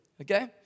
Okay